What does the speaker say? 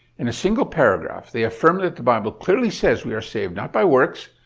in a single paragraph, they affirm that the bible clearly says we are saved not by works,